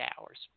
hours